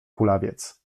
kulawiec